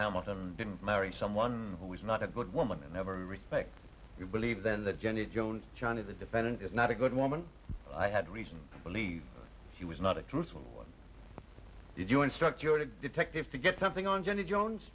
hamilton didn't marry someone who was not a good woman in every respect you believe then that jenny jones child of the defendant is not a good woman i had reason to believe she was not a true one did you instruct your detective to get something on jenny jones